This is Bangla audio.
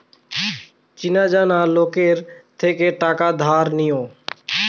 চেনা জানা লোকের থেকে টাকা ধার নিও